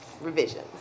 revisions